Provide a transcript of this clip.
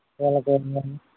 వీళ్ళకి ఏమయిందండీ